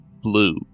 blue